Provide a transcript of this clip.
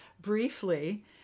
briefly